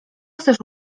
chcesz